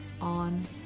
on